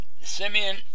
Simeon